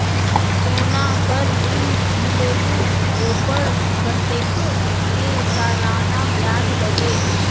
सोना पर ऋण मिलेलु ओपर कतेक के सालाना ब्याज लगे?